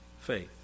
faith